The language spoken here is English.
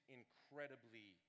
incredibly